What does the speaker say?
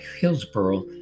Hillsboro